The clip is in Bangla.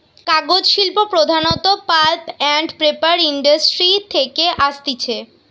কাগজ শিল্প প্রধানত পাল্প আন্ড পেপার ইন্ডাস্ট্রি থেকে আসতিছে